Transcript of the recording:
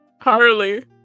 Harley